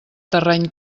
terreny